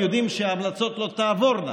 כי יודעים שההמלצות לא תעבורנה.